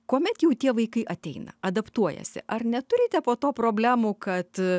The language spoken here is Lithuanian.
kuomet jau tie vaikai ateina adaptuojasi ar neturite po to problemų kad